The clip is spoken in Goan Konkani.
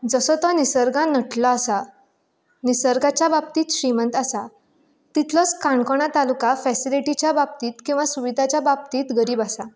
जसो तो निसर्गान नटिल्लो आसा निसर्गाच्या बाबतींत श्रीमंत आसा तितलोच काणकोणा तालूका फेसिलीटीच्या बाबतीत किंवां सुविधांच्या बाबतींत गरीब आसा